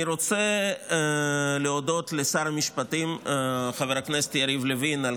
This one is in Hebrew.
אני רוצה להודות לשר המשפטים חבר הכנסת יריב לוין על